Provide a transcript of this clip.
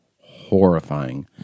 horrifying